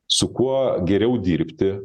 su kuo geriau dirbti